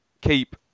keep